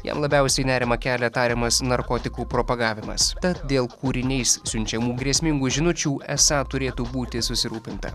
jam labiausiai nerimą kelia tariamas narkotikų propagavimas tad dėl kūriniais siunčiamų grėsmingų žinučių esą turėtų būti susirūpinta